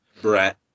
brett